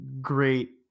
great